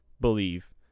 believe